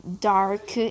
dark